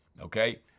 Okay